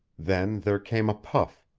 then there came a puff,